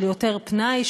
של יותר פנאי,